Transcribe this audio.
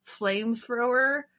flamethrower